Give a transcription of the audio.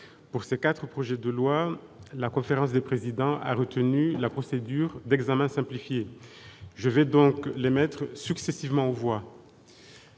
Pour ces quatre projets de loi, la conférence des présidents a retenu la procédure d'examen simplifié. Je vais donc les mettre successivement aux voix.